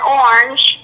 orange